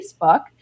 Facebook